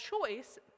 choice